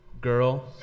girl